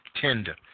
tender